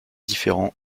différent